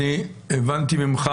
אני הבנתי ממך